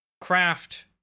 craft